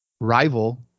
rival